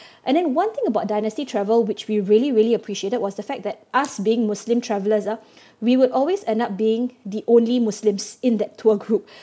and then one thing about dynasty travel which we really really appreciated was the fact that us being muslim travellers ah we would always end up being the only muslims in the tour group